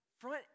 Front